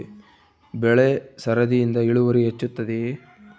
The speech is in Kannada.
ಬೆಳೆ ಸರದಿಯಿಂದ ಇಳುವರಿ ಹೆಚ್ಚುತ್ತದೆಯೇ?